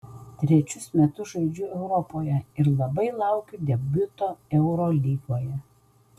trečius metus žaidžiu europoje ir labai laukiu debiuto eurolygoje